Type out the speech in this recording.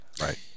Right